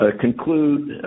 conclude